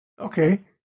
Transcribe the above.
Okay